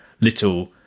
little